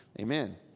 amen